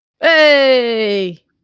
Hey